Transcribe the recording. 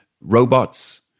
robots